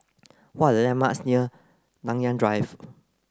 what are the landmarks near Nanyang Drive